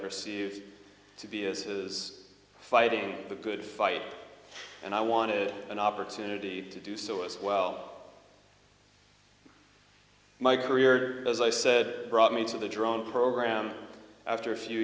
perceive to be as is fighting the good fight and i wanted an opportunity to do so as well my career as i said brought me to the drone program after a few